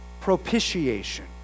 propitiation